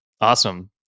Awesome